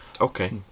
Okay